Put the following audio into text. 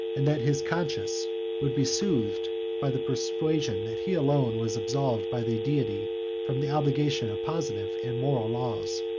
and that his conscience would be soothed by the persuasion, that he alone was absolved by the deity from the obligation of positive and moral laws.